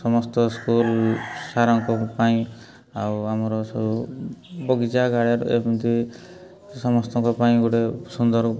ସମସ୍ତ ସ୍କୁଲ୍ ସାର୍ଙ୍କ ପାଇଁ ଆଉ ଆମର ସବୁ ବଗିଚା ଏମିତି ସମସ୍ତଙ୍କ ପାଇଁ ଗୋଟେ ସୁନ୍ଦର